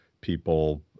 people